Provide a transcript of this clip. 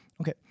Okay